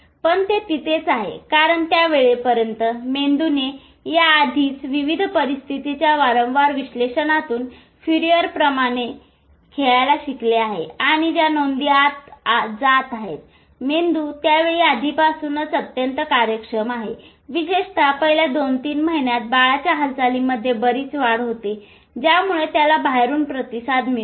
पण ते तिथेच आहे कारण त्या वेळेपर्यंत मेंदूने या आधीच विविध परिस्थितीच्या वारंवार विश्लेषणातून फूरियरने म्हणल्याप्रमाणे खेळायला शिकले आहे आणि ज्या नोंदी आत जात आहेत मेंदू त्या वेळी आधीपासूनच अत्यंत कार्यक्षम आहे विशेषतः पहिल्या 2 3 महिन्यांत बाळाच्या हालचाली मध्ये बरीच वाढ होते ज्यामुळे त्याला बाहेरून प्रतिसाद मिळतो